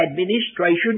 administration